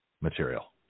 material